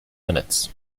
minutes